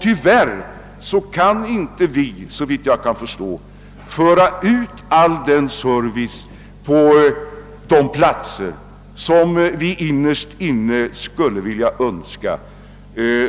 Tyvärr kan vi inte, såvitt jag förstår, föra ut all denna service till de platser som vi innerst inne önskar